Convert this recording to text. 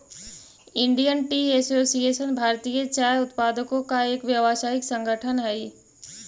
Indian tea association भारतीय चाय उत्पादकों का एक व्यावसायिक संगठन हई